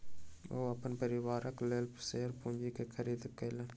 ओ अपन परिवारक लेल शेयर पूंजी के खरीद केलैन